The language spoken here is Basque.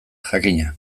jakina